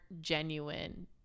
genuine